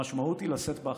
המשמעות היא לשאת באחריות,